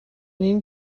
این